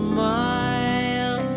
Smile